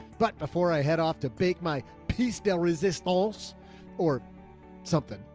but before i head off to bake my piece, del resistant walls or something,